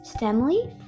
Stemleaf